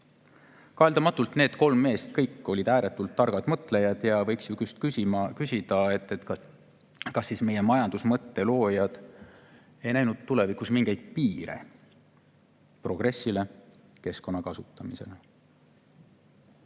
Kaheldamatult olid kõik need kolm meest ääretult targad mõtlejad. Võiks ju küsida, kas siis meie majandusmõtte loojad ei näinud tulevikus mingeid piire progressile, keskkonna kasutamisele.